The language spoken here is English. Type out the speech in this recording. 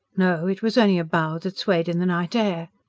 no, it was only a bough that swayed in the night air.